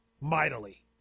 mightily